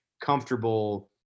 comfortable